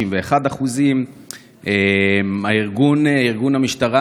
61%. ארגון המשטרה,